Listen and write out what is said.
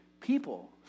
people